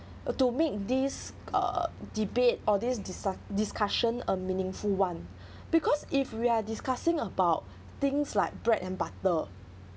to make this err debate or this discu~ discussion a meaningful one because if we're discussing about things like bread and butter